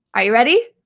are you ready?